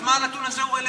אז מה הנתון הזה רלוונטי?